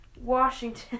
Washington